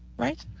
right?